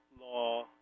law